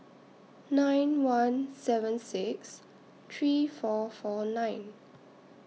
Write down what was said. nine one seven six three four four nine